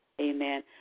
Amen